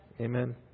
Amen